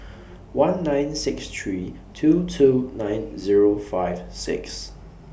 one nine six three two two nine Zero five six